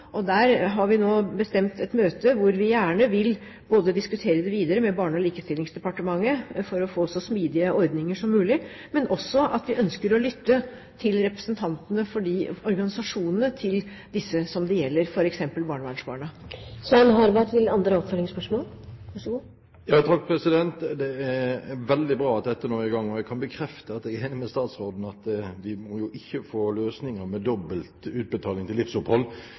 har nå bestemt et møte hvor vi vil diskutere dette videre med Barne-, likestillings- og inkluderingsdepartementet for å få så smidige ordninger som mulig, men vi ønsker også å lytte til representantene fra de organisasjonene som dette gjelder, f.eks. barnevernsbarna. Det er veldig bra at dette nå er i gang, og jeg kan bekrefte at jeg er enig med statsråden i at vi ikke må få løsninger med dobbelt utbetaling til livsopphold.